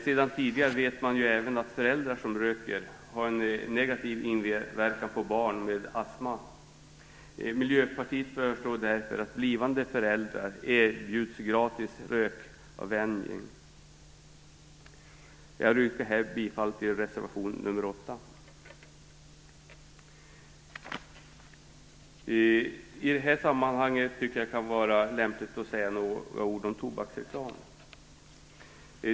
Sedan tidigare vet man även att föräldrar som röker har en negativ inverkan på barn med astma. Miljöpartiet föreslår därför att blivande föräldrar erbjuds gratis rökavvänjning. Jag yrkar här bifall till reservation 8. I det här sammanhanget kan det vara lämpligt att säga något om tobaksreklam.